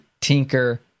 tinker